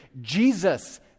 Jesus